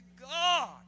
God